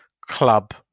club